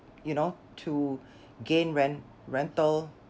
you know to gain rent rental